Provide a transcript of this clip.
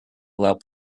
allow